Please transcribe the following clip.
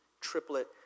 triplet